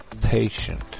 patient